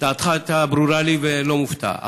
דעתך הייתה ברורה לי, ואני לא מופתע.